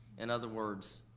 in other words,